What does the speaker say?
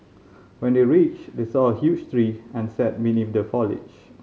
when they reached they saw a huge tree and sat beneath the foliage